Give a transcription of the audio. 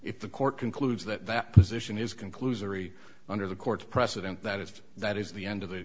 if the court concludes that that position is conclusory under the court's precedent that if that is the end of the